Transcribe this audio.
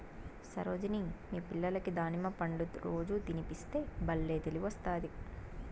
సరోజిని మీ పిల్లలకి దానిమ్మ పండ్లు రోజూ తినిపిస్తే బల్లే తెలివొస్తాది